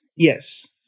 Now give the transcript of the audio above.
Yes